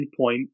endpoint